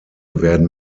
werden